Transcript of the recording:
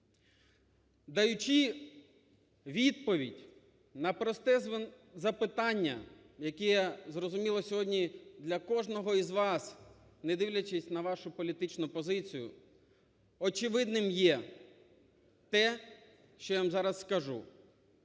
Даючи відповідь на просте запитання, яке зрозуміло сьогодні для кожного із вас, не дивлячись на вашу політичну позицію, очевидним є те, що я вам зараз скажу.